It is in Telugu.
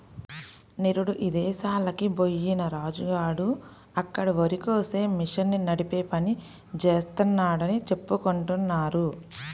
నిరుడు ఇదేశాలకి బొయ్యిన రాజు గాడు అక్కడ వరికోసే మిషన్ని నడిపే పని జేత్తన్నాడని చెప్పుకుంటున్నారు